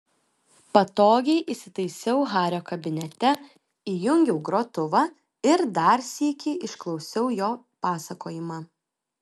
patogiai įsitaisiau hario kabinete įjungiau grotuvą ir dar sykį išklausiau jo pasakojimą